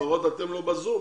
אתם לא ב-זום.